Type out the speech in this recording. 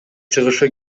чыгышы